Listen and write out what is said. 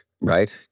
right